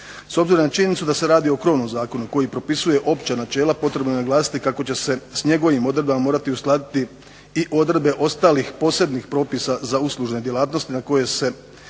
S obzirom na činjenicu da se radi o krovnom zakonu koji propisuje opća načela potrebno je naglasiti kako će se s njegovim odredbama morati uskladiti i odredbe ostalih posebnih propisa za uslužne djelatnosti na koje se